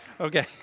okay